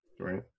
Right